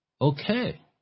Okay